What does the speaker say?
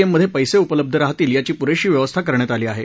M मधे पैसे उपलब्ध राहतील याची पुरेशी व्यवस्था करण्यात आली आहे